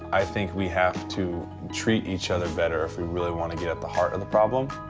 i think we have to treat each other better if we really wanna get at the heart of the problem.